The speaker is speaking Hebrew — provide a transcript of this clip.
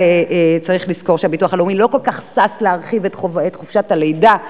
אבל צריך לזכור שהביטוח הלאומי לא כל כך שש להרחיב את חופשת הלידה,